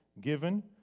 given